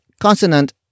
consonant